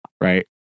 right